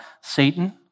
Satan